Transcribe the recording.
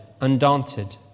undaunted